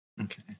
Okay